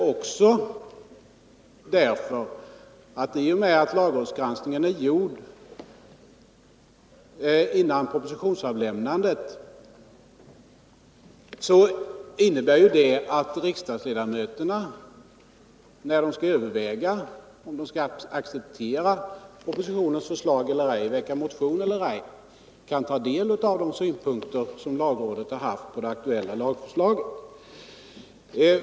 Vidare medför lagrådsgranskningen före propositionsavlämnandet att riksdagsledamöterna, när de överväger huruvida de skall acceptera propositionens förslag eller ej och om de skall väcka motion eller ej, kan ta del av de synpunkter som lagrådet har haft på det aktuella lagförslaget.